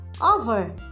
over